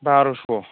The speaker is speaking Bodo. बार'स'